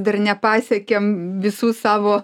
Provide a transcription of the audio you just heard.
dar nepasiekėm visų savo